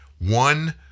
one